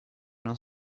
non